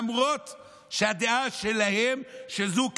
למרות שהדעה שלהם היא שזו,